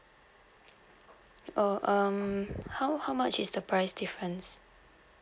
oh um how how much is the price difference